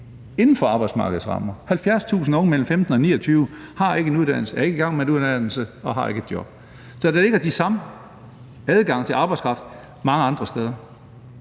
inden for arbejdsmarkedets rammer. 70.000 unge mellem 15 og 29 år har ikke en uddannelse, er ikke i gang med en uddannelse og har ikke et job. Så der ligger den samme adgang til arbejdskraft mange andre steder.